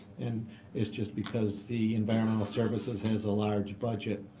and it's just because the environmental services has a large budget